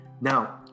Now